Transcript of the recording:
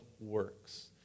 works